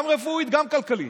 גם רפואית, גם כלכלית.